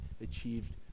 achieved